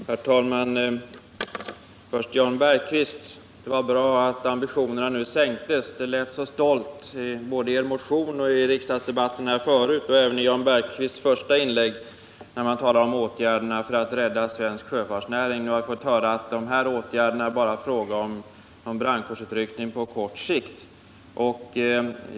Herr talman! Det var bra att Jan Bergqvist nu medgav att ambitionerna inte var så stora. Det lät så stolt både i er motion och i riksdagsdebatten, och även i Jan Bergqvists första inlägg, när man talade om åtgärder för att rädda svensk sjöfartsnäring. Nu har vi fått höra att det bara är fråga om en brandkårsutryckning på kort sikt.